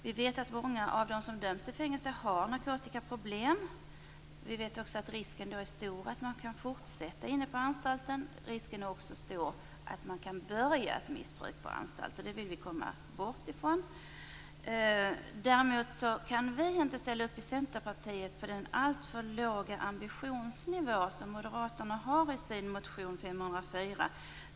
Vi vet att många av dem som döms till fängelse har narkotikaproblem. Vi vet att risken är stor att de kan fortsätta missbruket inne på anstalten. Risken är också stor att de börjar ett missbruk på anstalten. Det vill vi komma bort från. Däremot kan vi i Centerpartiet inte ställa upp på den alltför låga ambitionsnivå som Moderaterna har i motion 504.